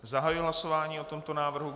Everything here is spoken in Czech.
Zahajuji hlasování o tomto návrhu.